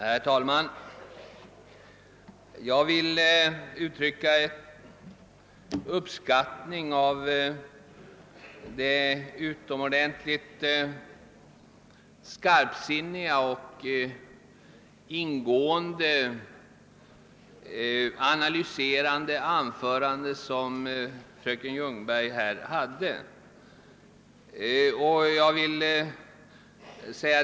Herr talman! Jag vill uttrycka min uppskattning av det utomordentligt skarpsinniga och ingående analyserande anförande som fröken Ljungberg höll.